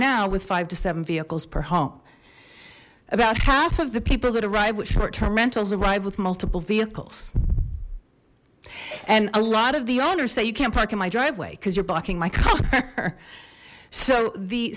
now with five to seven vehicles per home about half of the people that arrived with short term rentals arrived with multiple vehicles and a lot of the owners say you can't park in my driveway because you're blocking my car so the